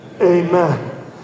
Amen